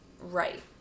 Right